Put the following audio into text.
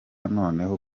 noneho